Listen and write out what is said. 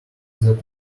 that